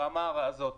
ברמה הזאת.